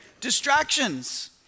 distractions